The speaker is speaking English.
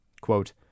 Quote